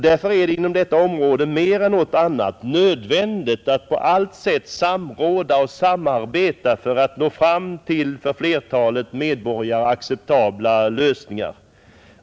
Därför är det inom detta område mer än något annat nödvändigt att på allt sätt samråda och samarbeta för att nå fram till för flertalet medborgare acceptabla lösningar.